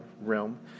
realm